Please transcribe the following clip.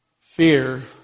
fear